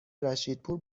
رشیدپور